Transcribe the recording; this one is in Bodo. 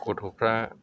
गथ'फ्रा